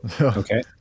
okay